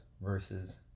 versus